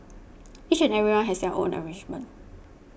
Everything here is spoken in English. each and everyone has their own arrangement